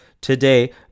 today